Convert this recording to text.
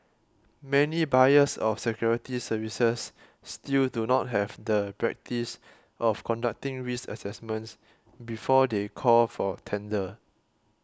many buyers of security services still do not have the practice of conducting risk assessments before they call for tender